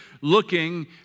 looking